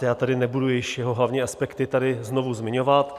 Já tady nebudu již jeho hlavní aspekty znovu zmiňovat.